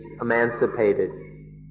emancipated